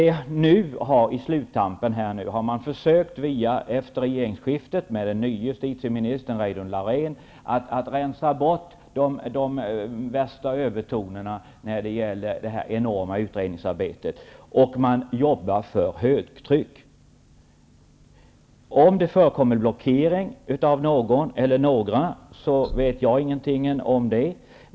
I sluttampen, efter regeringsskiftet och med den nya biträdande justitieministern Reidunn Laurén, har man försökt att rensa bort de värsta övertonerna i detta enorma utredningsarbete. Man jobbar för högtryck. Om det förekommer blockering, förorsakad av någon eller några, vet jag ingenting om.